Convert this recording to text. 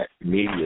media